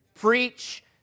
Preach